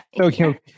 okay